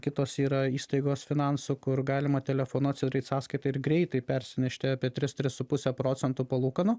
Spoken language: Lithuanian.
kitos yra įstaigos finansų kur galima telefonu atsidaryt sąskaitą ir greitai persinešt apie tris tris su puse procentų palūkanų